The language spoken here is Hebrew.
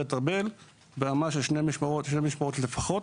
את ארבל ברמה של שתי משמרות לפחות.